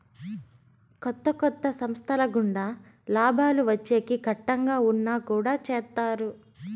కొత్త కొత్త సంస్థల గుండా లాభాలు వచ్చేకి కట్టంగా ఉన్నా కుడా చేత్తారు